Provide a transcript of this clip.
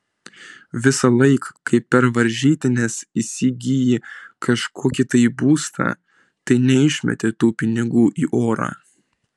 visąlaik kai per varžytines įsigyji kažkokį tai būstą tai neišmeti tų pinigų į orą